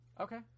Okay